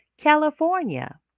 california